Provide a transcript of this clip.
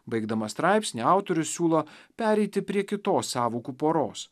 baigdamas straipsnį autorius siūlo pereiti prie kitos sąvokų poros